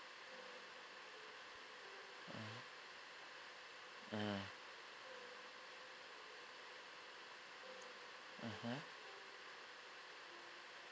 mm mm mmhmm